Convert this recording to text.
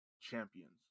champions